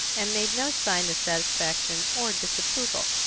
and made no sign of satisfaction or disapproval.